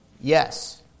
Yes